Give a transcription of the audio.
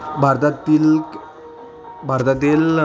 भारतातील भारतातील